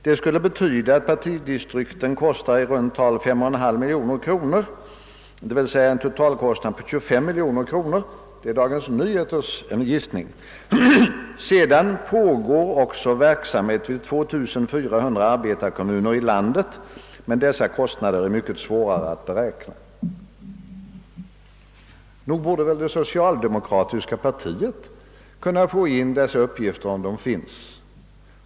Det skulle betyda att partidistrikten kostar i runt tal 5,5 miljoner, det vill säga en totalkostnad på 25 miljoner kronor.» Detta är Dagens Nyheters gissning. Vidare heter det: »Sedan pågår också verksamhet vid 2400 arbetarkommuner i landet, men dessa kostnader är mycket svårare att beräkna.» Nog borde väl det socialdemokratiska partiet kunna få in dessa uppgifter — om de nu finns.